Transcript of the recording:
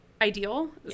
ideal